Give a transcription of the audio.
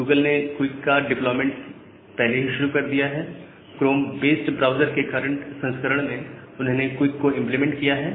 Google ने QUIC का डेप्लॉयमेंटपहले ही शुरू कर दिया है क्रोम बेस्ड ब्राउजर के करंट संस्करण में उन्होंने क्विक को इंप्लीमेंट किया है